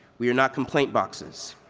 we are not complaint boxes.